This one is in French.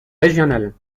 régionale